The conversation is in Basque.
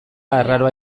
arraro